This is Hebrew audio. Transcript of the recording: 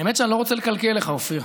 האמת, שאני לא רוצה לקלקל לך, אופיר.